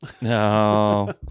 No